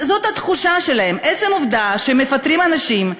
זאת התחושה שלהם, עצם העובדה שמפטרים אנשים.